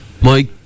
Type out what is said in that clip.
Mike